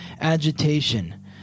agitation